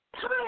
Time